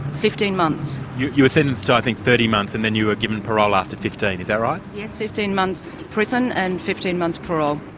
fifteen months. you you were sentenced to i think thirty months, and then you were given parole after fifteen, is that right? yes, fifteen months prison, and fifteen months parole.